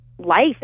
life